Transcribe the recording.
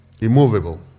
immovable